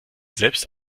selbst